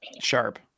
sharp